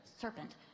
serpent